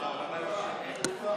אתמול הם שיקרו.